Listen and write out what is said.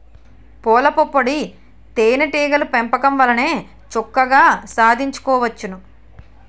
పూలపుప్పొడి తేనే టీగల పెంపకం వల్లనే చక్కగా సాధించుకోవచ్చును